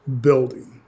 building